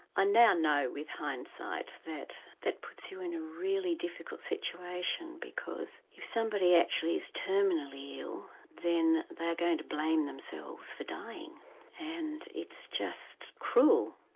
ah now know with hindsight that that puts you in a really difficult situation because if somebody actually is terminally ill then they are going to blame themselves for dying and it's just cruel.